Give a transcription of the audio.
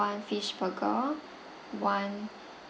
one fish burger one